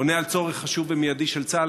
הוא עונה על צורך חשוב ומיידי של צה"ל.